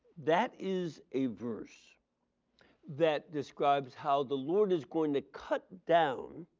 that is a verse that describes how the lord is going to cut down